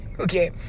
Okay